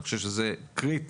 אני חושב שזה קריטי.